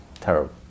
terrible